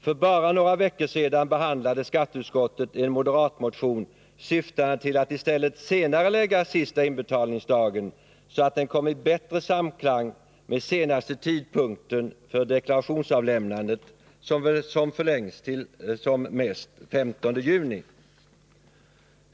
För bara några veckor sedan behandlade skatteutskottet en moderatmotion syftande till att i stället senarelägga sista inbetalningsdag så att den kom i bättre samklang med senaste tidpunkt för deklarationsavlämnandet, som förlängs till senast den 15 juni.